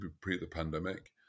pre-the-pandemic